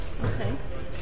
Okay